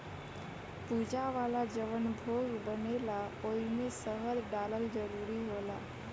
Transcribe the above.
पूजा वाला जवन भोग बनेला ओइमे शहद डालल जरूरी होला